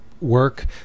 work